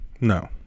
No